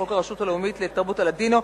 חוק הרשות הלאומית לתרבות הלדינו,